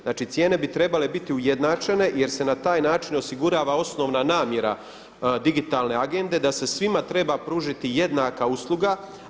Znači, cijene bi trebale biti ujednačene jer se na taj način osigurava osnovna namjera digitalne Agende da se svima treba pružiti jednaka usluga.